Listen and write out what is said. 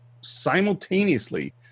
simultaneously